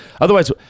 otherwise